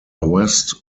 west